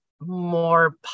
more